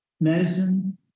medicine